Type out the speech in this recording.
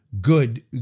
good